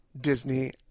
Disney